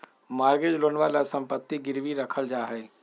mortgage लोनवा ला सम्पत्ति गिरवी रखल जाहई